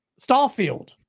Starfield